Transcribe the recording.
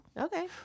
okay